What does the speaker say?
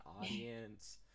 audience